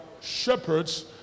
shepherds